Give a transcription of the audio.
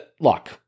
look